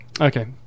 okay